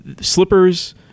slippers